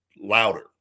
louder